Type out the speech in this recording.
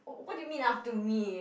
oh what do you mean up to me